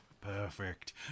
Perfect